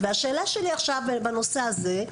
והשאלה שלי עכשיו בנושא הזה,